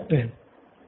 professor Bala okay